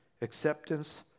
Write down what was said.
acceptance